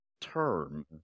term